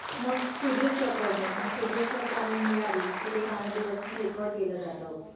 मग स्टुडिओची अपॉइंमेंट मग स्टुडिओ अपॉइंटमेंट मिळाली की ते गाणं दिवसभर रेकॉड केलं जातं